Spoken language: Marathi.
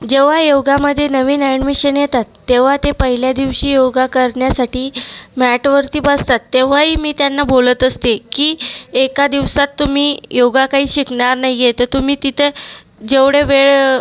जेव्हा योगामध्ये नवीन ॲडमिशन येतात तेव्हा ते पहिल्या दिवशी योगा करण्यासाठी मॅटवरती बसतात तेव्हाही मी त्यांना बोलत असते की एका दिवसात तुम्ही योगा काही शिकणार नाही आहे तर तुम्ही तिथे जेवढे वेळ